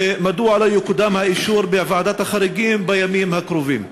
2. מדוע לא יקודם האישור בוועדת החריגים בימים הקרובים?